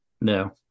No